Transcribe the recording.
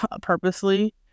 purposely